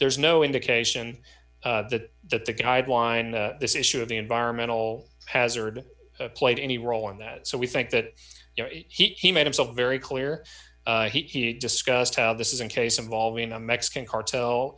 there's no indication that that the guideline this issue of the environmental hazard played any role in that so we think that you know he made himself very clear he discussed how this is a case involving a mexican cartel